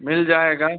मिल जाएगा